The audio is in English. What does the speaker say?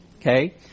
Okay